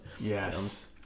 Yes